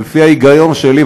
לפי ההיגיון שלי,